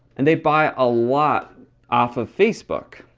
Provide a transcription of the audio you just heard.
and they buy a lot off of facebook.